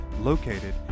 located